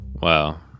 wow